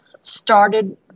started